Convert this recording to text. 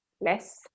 less